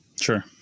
Sure